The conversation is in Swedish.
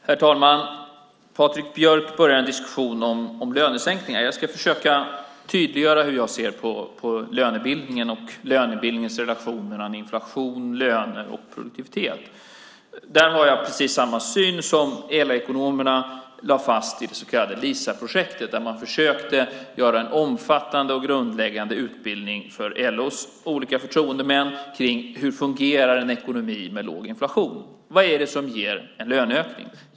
Herr talman! Patrik Björck började en diskussion om lönesänkningar. Jag ska försöka tydliggöra hur jag ser på lönebildningen och lönebildningens relationer mellan inflation, löner och produktivitet. Där har jag precis samma syn som LO-ekonomerna lade fast i det så kallade LISA-projektet, där man försökte göra en omfattande och grundläggande utbildning för LO:s olika förtroendemän i hur en ekonomi med låg inflation fungerar. Vad är det som ger en löneökning?